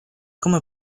come